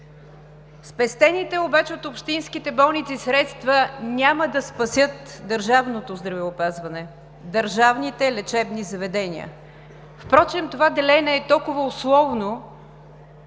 Спестените обаче от общинските болници средства няма да спасят държавното здравеопазване, държавните лечебни заведения. Впрочем това делене е толкова условно,